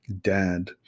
dad